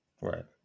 Right